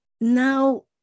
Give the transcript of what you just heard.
now